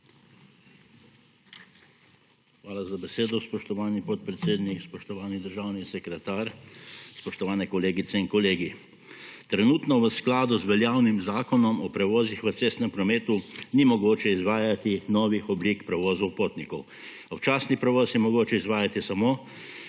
Hvala za besedo, spoštovani podpredsednik. Spoštovani državni sekretar, spoštovane kolegice in kolegi! Trenutno v skladu z veljavnim Zakonom o prevozih v cestnem prometu ni mogoče izvajati novih oblik prevozov potnikov. Občasni prevoz je mogoče izvajati samo